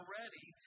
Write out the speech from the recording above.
ready